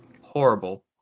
horrible